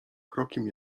krokiem